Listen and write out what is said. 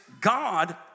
God